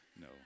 No